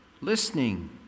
listening